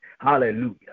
Hallelujah